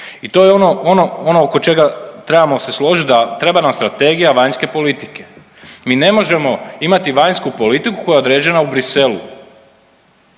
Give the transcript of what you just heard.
i to je ono oko čega trebamo se složiti da treba nam strategija vanjske politike. Mi ne možemo imati vanjsku politiku koja je određena u Bruxellesu.